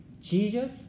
Jesus